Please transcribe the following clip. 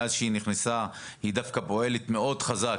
מאז שהיא נכנסה היא דווקא פועלת מאוד חזק